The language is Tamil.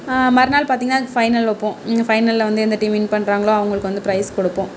மறுநாள் பார்த்திங்ன்னா ஃபைனல் வைப்போம் ஃபைனலில் வந்து எந்த டீம் வின் பண்றாங்களோ அவங்களுக்கு வந்து ப்ரைஸ் கொடுப்போம்